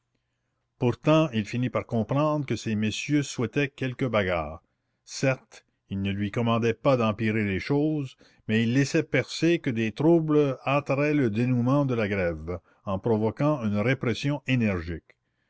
pourtant il finit par comprendre que ces messieurs souhaitaient quelque bagarre certes ils ne lui commandaient pas d'empirer les choses mais ils laissaient percer que des troubles hâteraient le dénouement de la grève en provoquant une répression énergique